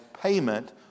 payment